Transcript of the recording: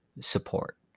support